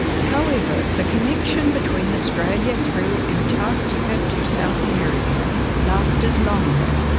however, the connection between australia through antarctica to south america lasted longer,